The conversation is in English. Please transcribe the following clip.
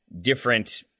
different